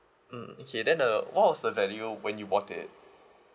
mm okay then uh what was the value when you bought it